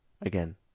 Again